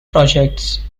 projects